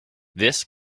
this